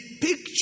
picture